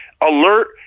alert